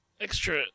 Extra